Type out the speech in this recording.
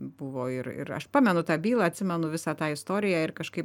buvo ir ir aš pamenu tą bylą atsimenu visą tą istoriją ir kažkaip